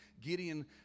Gideon